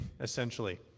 essentially